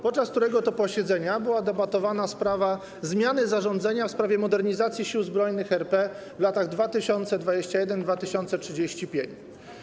podczas którego to posiedzenia była debatowana sprawa zmiany zarządzenia w sprawie modernizacji Sił Zbrojnych RP w latach 2021-2035.